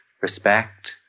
respect